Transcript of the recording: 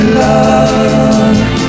love